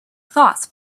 thoughts